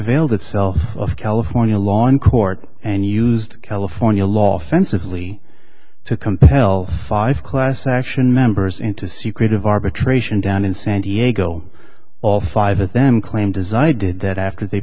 availed itself of california law in court and used california law sensibly to compel five class action members into a secret of arbitration down in san diego all five of them claimed design i did that after they